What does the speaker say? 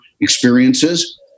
experiences